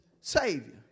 Savior